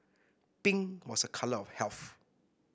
pink was a colour of health